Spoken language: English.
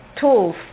tools